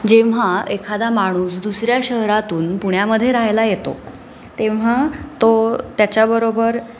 जेव्हा एखादा माणूस दुसऱ्या शहरातून पुण्यामध्ये राहायला येतो तेव्हा तो त्याच्याबरोबर